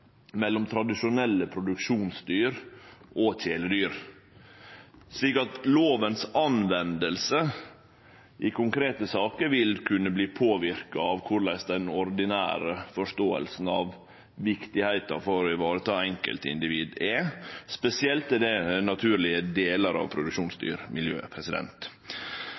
tradisjonelle produksjonsdyr og kjæledyr. Slik vil bruken av lova i konkrete saker kunne verte påverka av korleis den ordinære forståinga av kor viktig det er å vareta enkeltindivid, er. Spesielt er det naturleg i delar av